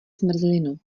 zmrzlinu